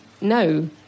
no